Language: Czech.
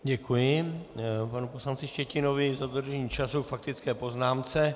Děkuji panu poslanci Štětinovi i za dodržení času k faktické poznámce.